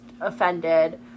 offended